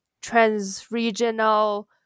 trans-regional